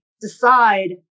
decide